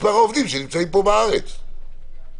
שצריכים אותם פה בארץ.